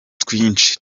twinshi